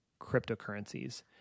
cryptocurrencies